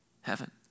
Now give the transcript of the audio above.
heaven